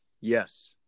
yes